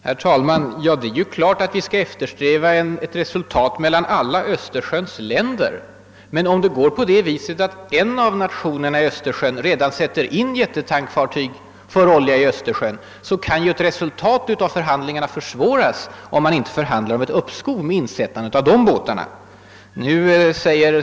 Herr talman! Det är klart att vi skall eftersträva ett resultat som gäller alla länderna runt Östersjön. Men om en av nationerna kring Östersjön redan sätter in jättetankfartyg för frakt av olja i Östersjön kan ju förhandlingarna försvåras, om man inte får till stånd ett uppskov med insättande av dessa båtar.